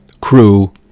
crew